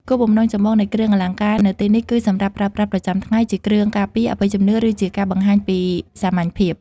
គោលបំណងចម្បងនៃគ្រឿងអលង្ការនៅទីនេះ គឺសម្រាប់ប្រើប្រាស់ប្រចាំថ្ងៃ ជាគ្រឿងការពារ អបិយជំនឿ ឬជាការបង្ហាញពីសាមញ្ញភាព។